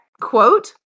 quote